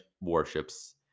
warships